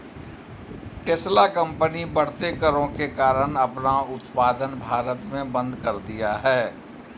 Tesla company बढ़ते करों के कारण अपना उत्पादन भारत में बंद कर दिया हैं